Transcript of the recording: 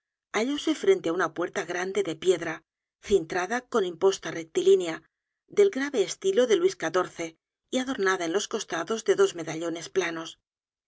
otro hallóse frente á una puerta grande de piedra cintrada con imposta rectilínea del grave estilo de luis xiv y adornada en los costados de dos medallones planos